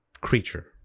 creature